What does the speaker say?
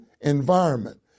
environment